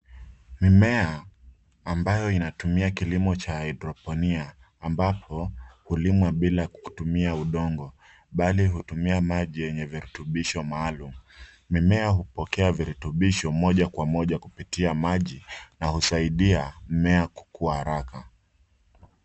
Mimea ambayo inatumia kilimo cha hydroponiki ambapo hulimwa bila kutumia udongo bali hutumia maji yenye virutubisho maalum. Mimea hupokea virutubisho moja kwa moja kupitia maji na husaidia mmea kukua haraka.